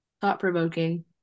thought-provoking